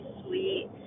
sweet